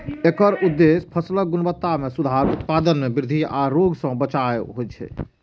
एकर उद्देश्य फसलक गुणवत्ता मे सुधार, उत्पादन मे वृद्धि आ रोग सं बचाव होइ छै